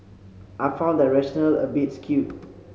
I found that rationale a bit skewed